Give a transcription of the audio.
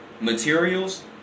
materials